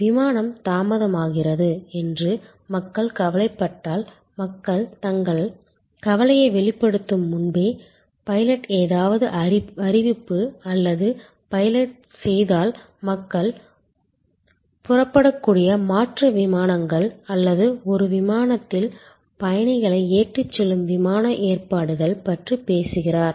விமானம் தாமதமாகிறது என்று மக்கள் கவலைப்பட்டால் மக்கள் தங்கள் கவலையை வெளிப்படுத்தும் முன்பே பைலட் ஏதாவது அறிவிப்பு அல்லது பைலட் செய்தால் மக்கள் புறப்படக்கூடிய மாற்று விமானங்கள் அல்லது ஒரு விமானத்தில் பயணிகளை ஏற்றிச் செல்லும் விமான ஏற்பாடுகள் பற்றி பேசுகிறார்